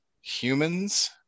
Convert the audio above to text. humans